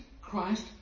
Christ